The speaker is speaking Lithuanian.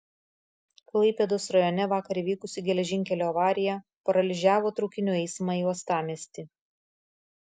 klaipėdos rajone vakar įvykusi geležinkelio avarija paralyžiavo traukinių eismą į uostamiestį